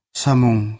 samung